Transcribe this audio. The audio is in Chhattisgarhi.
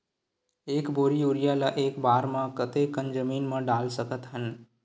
एक बोरी यूरिया ल एक बार म कते कन जमीन म डाल सकत हन?